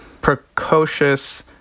precocious